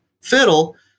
fiddle